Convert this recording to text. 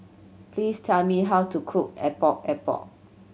please tell me how to cook Epok Epok